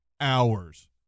hours